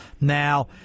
Now